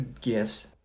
gifts